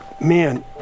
man